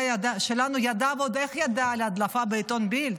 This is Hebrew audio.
שלנו ידע ועוד איך ידע על ההדלפה בעיתון בילד.